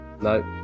No